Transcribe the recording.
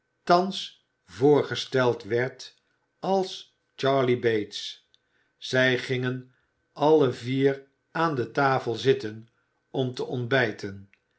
thans voorgesteld werd als charley bates zij gingen alle vier aan tafel zitten om te ontbijten